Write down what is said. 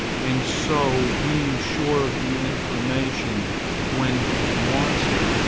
and so being sure of the information when he wants it,